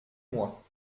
moi